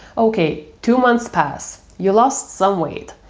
ok, two months pass. you lost some weight.